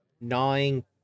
gnawing